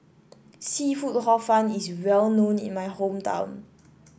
seafood Hor Fun is well known in my hometown